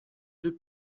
deux